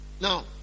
Now